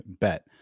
Bet